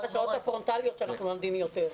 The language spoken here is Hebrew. --- והשעות הפרונטליות שאנחנו מלמדים יותר.